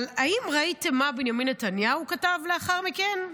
אבל האם ראיתם מה בנימין נתניהו כתב לאחר מכן?